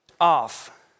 off